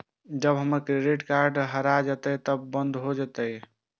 जब हमर credit card हरा जयते तब बंद केना करब?